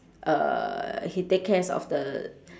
uh he take cares of the